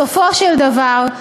בסופו של דבר,